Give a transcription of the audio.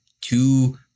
two